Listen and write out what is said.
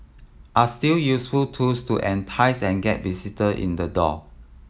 are still useful tools to entice and get visitor in the door